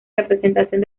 representación